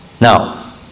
Now